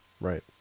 Right